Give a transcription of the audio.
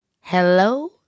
Hello